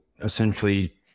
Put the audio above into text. essentially